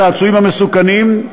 הצעצועים המסוכנים,